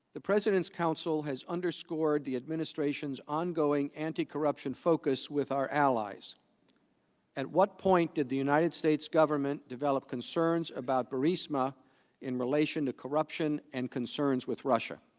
the president's council has underscored the administration's ongoing anticorruption focus with our allies at what point did the united states government developed concerns about the response in relation to corruption and concerns with a